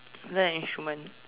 learn an instrument